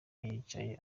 yicaye